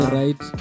right